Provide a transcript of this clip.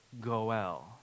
Goel